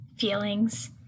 feelings